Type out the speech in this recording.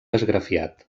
esgrafiat